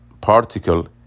particle